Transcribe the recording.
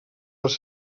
les